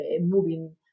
moving